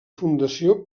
fundació